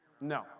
No